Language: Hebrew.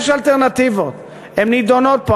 יש אלטרנטיבות, הן נדונות פה.